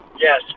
Yes